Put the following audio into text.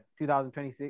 2026